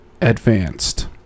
advanced